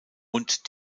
und